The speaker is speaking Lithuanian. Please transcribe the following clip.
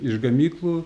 iš gamyklų